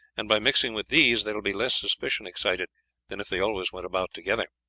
and by mixing with these there will be less suspicion excited than if they always went about together.